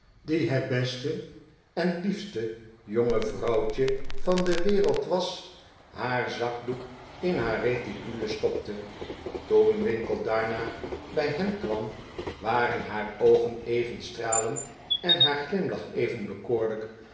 die het beste en liefste jonge vrouwtje van de wereld was haar zakdoek in haar reticule stopte toen winkle daarna bij hen kwam waren haar oogen even stralend en haar glimlach even bekoorlijk